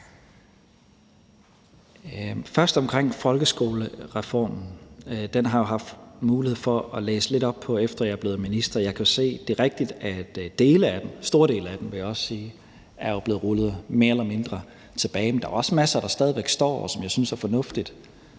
hensyn til folkeskolereformen, som jeg jo har haft mulighed for at læse lidt op på, efter jeg er blevet minister, at jeg kan se, at det er rigtigt, at dele af den – store dele af den, vil jeg også sige – er blevet rullet mere eller mindre tilbage, men der er også meget, der stadig væk står, og som jeg synes er fornuftigt,